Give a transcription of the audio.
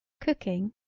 cooking,